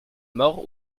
mort